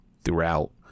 throughout